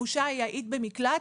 התחושב שלהן היא "היית במקלט,